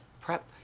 prep